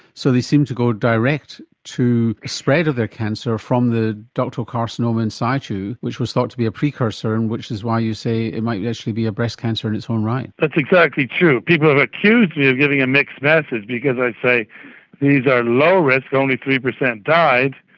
so they seems to go direct to spread of their cancer from the ductal carcinoma in situ, which was thought to be a precursor, and which is why you say it might actually be a breast cancer in its own right. that's exactly true. people have accused me of giving a mixed message because i say these are low risk, only three percent died,